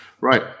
right